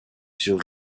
sur